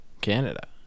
Canada